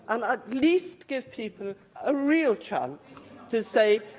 um at least give people a real chance to say,